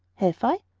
have i?